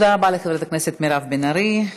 תודה רבה לחברת הכנסת מירב בן ארי.